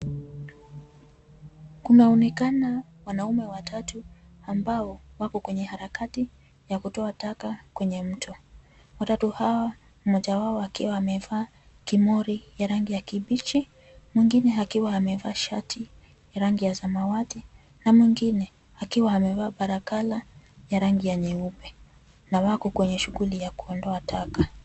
Kunaonekana wanaume watatu ambao wako kwenye harakati ya kutoa taka kwenye mto, watatu hawa mmoja wao akiwa amevaa kimori ya rangi ya kibichi, mwingine akiwa amevaa shati ya rangi ya samawati, na mwingine akiwa amevaa barakala ya rangi ya nyeupe na wako kwenye shuguli ya kuondoa taka.